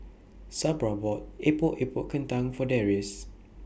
Sabra bought Epok Epok Kentang For Darrius